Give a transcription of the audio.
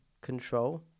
control